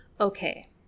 Okay